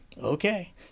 okay